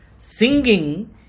singing